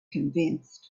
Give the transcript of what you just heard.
convinced